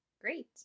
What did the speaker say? great